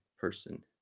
person